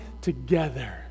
together